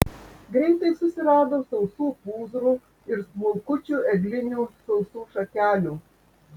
greitai susirado sausų pūzrų ir smulkučių eglinių sausų šakelių